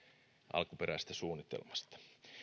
alkuperäisestä suunnitelmasta